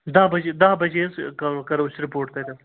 دَہ بَجے دَہ بَجے حظ کرو کرو أسۍ رِپوٹ تَتٮ۪ن